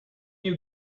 you